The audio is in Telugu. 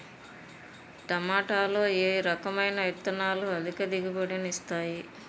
టమాటాలో ఏ రకమైన విత్తనాలు అధిక దిగుబడిని ఇస్తాయి